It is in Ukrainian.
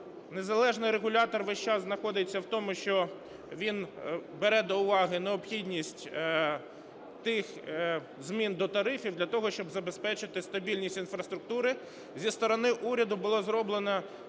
незалежний регулятор весь час знаходиться в тому, що він бере до уваги необхідність тих змін до тарифів, для того щоб забезпечити стабільність інфраструктури. Зі сторони уряду було зроблено